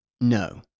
No